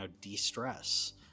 de-stress